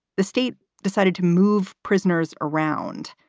the state decided to move prisoners around.